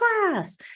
class